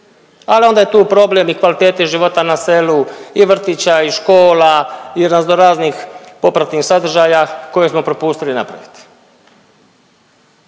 ali onda je tu problem i kvalitete života na selu i vrtića i škola i razno raznih popratnih sadržaja koje smo propustili napraviti.